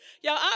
y'all